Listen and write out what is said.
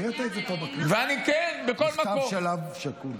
הקראת את זה פה בכנסת, מכתב של אב שכול.